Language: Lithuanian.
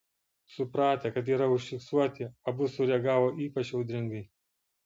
supratę kad yra užfiksuoti abu sureagavo ypač audringai